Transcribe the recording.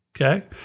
Okay